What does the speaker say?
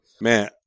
Man